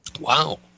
wow